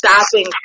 stopping